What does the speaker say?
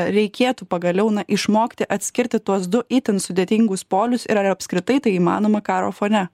reikėtų pagaliau na išmokti atskirti tuos du itin sudėtingus polius ir ar apskritai tai įmanoma karo fone